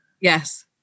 Yes